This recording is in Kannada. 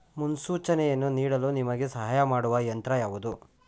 ಮುನ್ಸೂಚನೆಯನ್ನು ನೀಡಲು ನಿಮಗೆ ಸಹಾಯ ಮಾಡುವ ಯಂತ್ರ ಯಾವುದು?